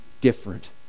different